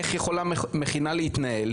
כל משרדי הממשלה הציגו?